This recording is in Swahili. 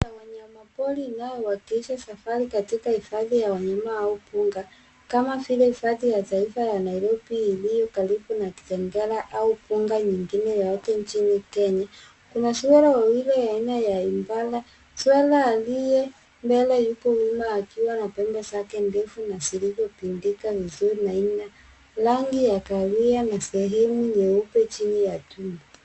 Kuna wanyamapori inayowakilisha safari katika hifadhi ya wanyama au bunga, kama vile hifadhi ya taifa ya Nairobi iliyo karibu na Kitengela au bunga nyingine yeyote nchini Kenya. Kuna swara wawili aina ya impala. Swara aliye mbele yuko nyuma akiwa na pembe zake ndefu na zilizopindika vizuri na ina rangi ya kahawia na sehemu nyeupe chini ya tundo.